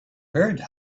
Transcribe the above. bird